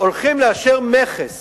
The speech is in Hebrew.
הולכים לאשר מכס